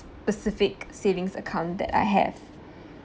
specific savings account that I have